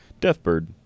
Deathbird